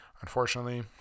Unfortunately